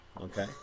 Okay